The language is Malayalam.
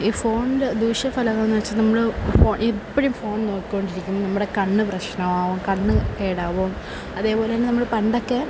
ഈ ഫോണിന്റെ ദൂഷ്യഫലങ്ങളെന്നുവെച്ചാല് നമ്മള് ഫോണ് എപ്പോഴും ഫോണ് നോക്കിക്കൊണ്ടിരിക്കുമ്പോള് നമ്മുടെ കണ്ണ് പ്രശ്നമാകും കണ്ണ് കേടാവും അതേപോലെത്തന്നെ നമ്മള് പണ്ടൊക്കെ